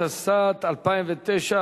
התשס"ט 2009,